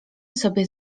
sobie